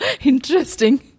interesting